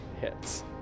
hits